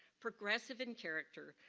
progressive in character,